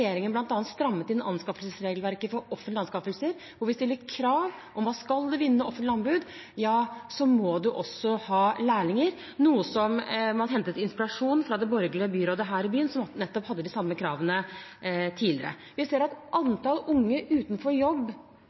strammet inn anskaffelsesregelverket for offentlige anskaffelser, der vi stiller krav om at skal man vinne offentlige anbud, må man også ha lærlinger, noe man hentet inspirasjon til fra det borgerlige byrådet her i byen, som nettopp hadde de samme kravene tidligere. Vi ser at antallet unge utenfor jobb,